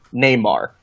Neymar